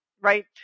right